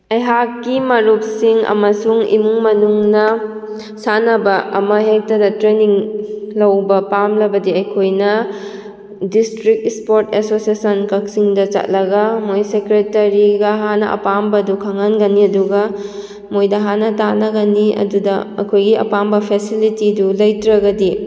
ꯑꯩꯍꯥꯛꯀꯤ ꯃꯔꯨꯞꯁꯤꯡ ꯑꯃꯁꯨꯡ ꯏꯃꯨꯡ ꯃꯅꯨꯡꯅ ꯁꯥꯟꯅꯕ ꯑꯃ ꯍꯦꯛꯇꯗ ꯇ꯭ꯔꯦꯅꯤꯡ ꯂꯧꯕ ꯄꯥꯝꯂꯕꯗꯤ ꯑꯩꯈꯣꯏꯅ ꯗꯤꯁꯇ꯭ꯔꯤꯛ ꯁ꯭ꯄꯣꯠ ꯑꯦꯁꯣꯁꯦꯁꯟ ꯀꯛꯆꯤꯡꯗ ꯆꯠꯂꯒ ꯃꯣꯏ ꯁꯦꯀ꯭ꯔꯦꯇꯔꯤꯒ ꯍꯥꯟꯅ ꯑꯄꯥꯝꯕꯗꯨ ꯈꯪꯍꯟꯒꯅꯤ ꯑꯗꯨꯒ ꯃꯣꯏꯗ ꯍꯥꯟꯅ ꯇꯥꯅꯒꯅꯤ ꯑꯗꯨꯗ ꯑꯩꯈꯣꯏꯒꯤ ꯑꯄꯥꯝꯕ ꯐꯦꯁꯤꯂꯤꯇꯤꯗꯨ ꯂꯩꯇ꯭ꯔꯒꯗꯤ